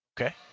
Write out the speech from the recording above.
Okay